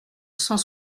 cent